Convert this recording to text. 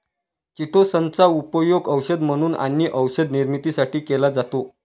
chitosan चा उपयोग औषध म्हणून आणि औषध निर्मितीसाठी केला जातो